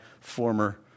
former